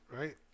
right